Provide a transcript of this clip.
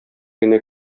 генә